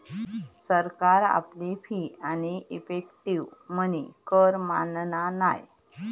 सरकार आपली फी आणि इफेक्टीव मनी कर मानना नाय